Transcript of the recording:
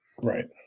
Right